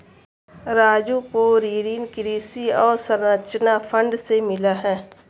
राजू को ऋण कृषि अवसंरचना फंड से मिला है